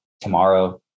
tomorrow